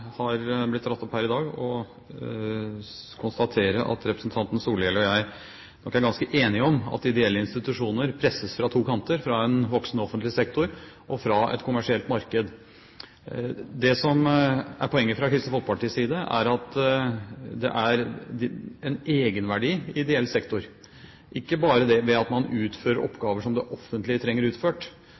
har blitt dratt opp her i dag, og konstaterer at representanten Solhjell og jeg nok er ganske enige om at ideelle institusjoner presses fra to kanter, fra en voksende offentlig sektor og fra et kommersielt marked. Det som er poenget fra Kristelig Folkepartis side, er at det er en egenverdi i ideell sektor – ikke bare ved at man utfører oppgaver som det offentlige trenger utført,